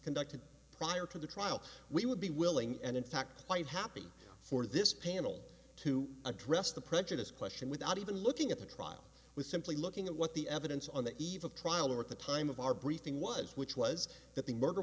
conducted prior to the trial we would be willing and in fact quite happy for this panel to address the prejudice question without even looking at the trial was simply looking at what the evidence on the eve of trial or at the time of our briefing was which was th